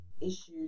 issues